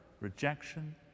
rejection